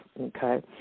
okay